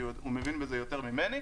כי הוא מבין בזה יותר ממני.